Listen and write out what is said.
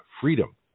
freedom